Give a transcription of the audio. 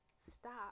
stop